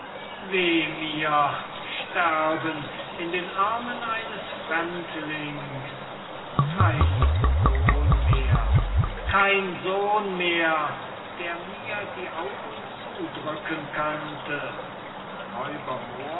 sterben in den armen eines fremdlings kein sohn mehr kein sohn mehr der mir die augen zudrücken könnte